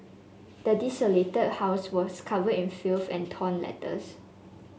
the desolated house was covered in filth and torn letters